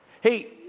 Hey